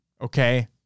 Okay